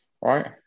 Right